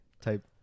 type